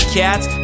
cats